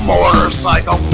Motorcycle